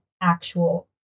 actual